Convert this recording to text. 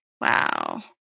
Wow